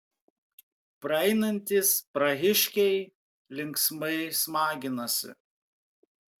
praeinantys prahiškiai linksmai smaginosi